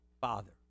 father